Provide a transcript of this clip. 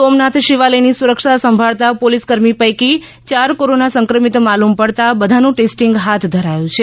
સોમનાથ શિવાલયની સુરક્ષા સંભાલતા પોલીસકર્મી પૈકી ચાર કોરોના સંક્રમિત માલૂમ પડતાં બધાનું ટેસ્ટિંગ હાથ ધરાયું છે